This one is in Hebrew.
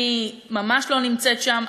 אני ממש לא נמצאת שם.